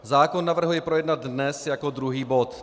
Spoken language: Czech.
Zákon navrhuji projednat dnes jako druhý bod.